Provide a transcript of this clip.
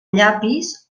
llapis